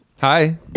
Hi